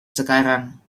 sekarang